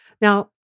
Now